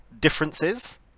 differences